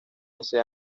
ese